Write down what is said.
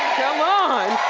come on.